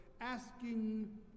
asking